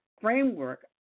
framework